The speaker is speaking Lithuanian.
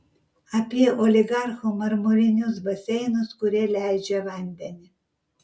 apie oligarchų marmurinius baseinus kurie leidžia vandenį